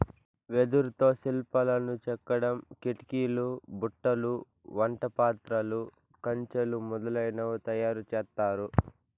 వెదురుతో శిల్పాలను చెక్కడం, కిటికీలు, బుట్టలు, వంట పాత్రలు, కంచెలు మొదలనవి తయారు చేత్తారు